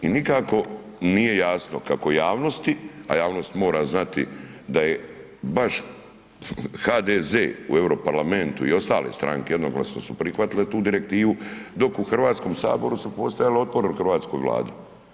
I nikako nije jasno kako javnosti, a javnost mora znati da je baš HDZ u Europarlamentu i ostale stranke jednoglasno su prihvatile tu direktivu, dok u Hrvatskom saboru su postojali otpori u Hrvatskoj vladi.